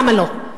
למה לא.